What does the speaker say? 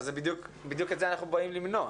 אז בדיוק את זה אנחנו באים למנוע.